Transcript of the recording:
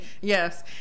yes